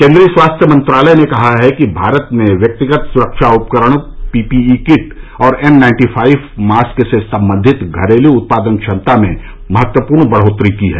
केन्द्रीय स्वास्थ्य मंत्रालय ने कहा है कि भारत ने व्यक्तिगत सुरक्षा उपकरण पीपीई किट और एन नाइन्टी फाइव मास्क से संबंधित घरेलू उत्पादन क्षमता में महत्वपूर्ण बढ़ोतरी की है